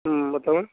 तुम बताओ